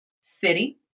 city